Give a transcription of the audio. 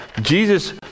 Jesus